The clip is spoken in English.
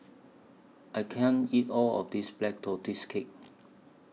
I can't eat All of This Black Tortoise Cake